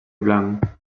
blanc